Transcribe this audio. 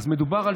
מדובר על